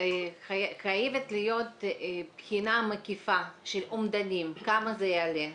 חייבת להיות בחינה מקיפה של אומדנים כמה זה יעלה.